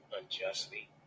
unjustly